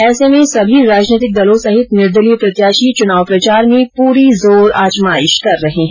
ऐसे में सभी राजनैतिक दलों सहित निदर्लीय प्रत्याशी चुनाव प्रचार में पूरी जोर आजमाइश कर रहे है